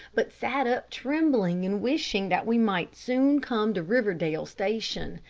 but sat up trembling and wishing that we might soon come to riverdale station.